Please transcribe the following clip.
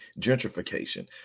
gentrification